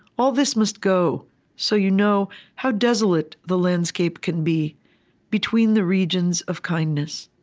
all this must go so you know how desolate the landscape can be between the regions of kindness.